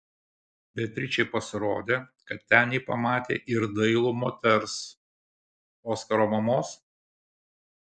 beatričei pasirodė kad ten ji pamatė ir dailų moters oskaro mamos